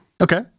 okay